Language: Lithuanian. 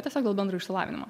tiesiog dėl bendro išsilavinimo